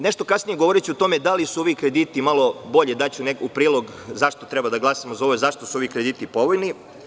Nešto kasnije govoriću o tome da li su ovi krediti malo bolji, daću u prilog zašto treba da glasamo za ovo i zašto su ovi krediti povoljni.